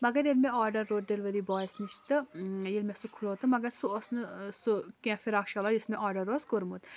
مگر ییٚلہِ مےٚ آرڈَر روٚٹ ڈِلؤری بایَس نِش تہٕ ییٚلہِ مےٚ سُہ کھُلوو تہٕ مگر سُہ اوس نہٕ سُہ کیٚنٛہہ فرٛاک شَلوار یُس مےٚ آرڈَر اوس کوٚرمُت